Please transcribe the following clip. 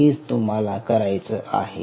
हेच तुम्हाला करायचं आहे